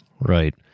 Right